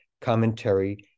commentary